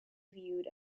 viewed